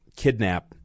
kidnap